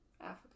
Africa